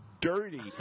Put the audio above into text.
dirty